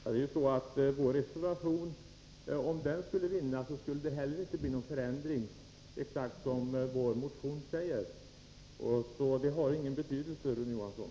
Herr talman! Om reservation 2 skulle vinna, skulle det inte innebära någon förändring. Så det har ingen betydelse, Rune Johansson.